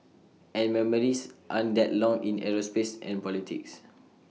and memories aren't that long in aerospace and politics